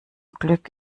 glück